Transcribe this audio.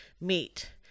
meet